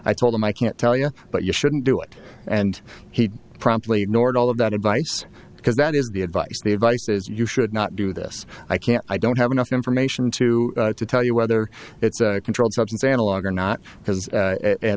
i told him i can't tell you but you shouldn't do it and he promptly ignored all of that advice because that is the advice the advice is you should not do this i can't i don't have enough information to tell you whether it's a controlled substance analogue or not